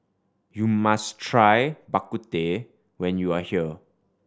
you must try Bak Kut Teh when you are here